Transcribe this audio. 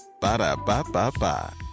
Ba-da-ba-ba-ba